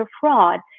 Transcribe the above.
fraud